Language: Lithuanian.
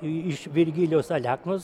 iš virgilijaus aleknos